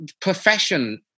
profession